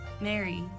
Mary